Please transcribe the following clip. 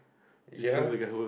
ya